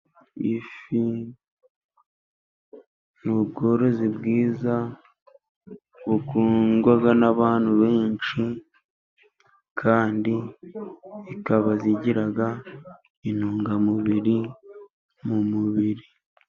Ifi ni ubworozi bwiza bukundwa n'abantu benshi, kandi ikaba igira intungamubiri mu mubiri.